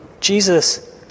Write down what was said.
Jesus